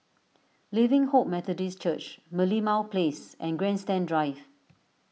Living Hope Methodist Church Merlimau Place and Grandstand Drive